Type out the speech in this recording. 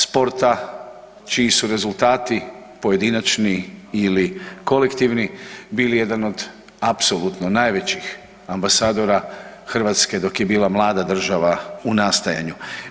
Sporta čiji su rezultati pojedinačni ili kolektivni bili jedan od apsolutno najveći ambasadora Hrvatske dok je bila mlada država u nastajanju.